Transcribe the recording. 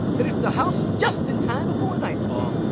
finished the house just in time before nightfall.